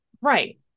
Right